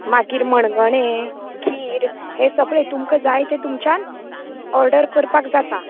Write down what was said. मागीर मणगणे खीर हें सगळें तुमका जाय तें तुमच्यान ऑर्डर करपाक जाता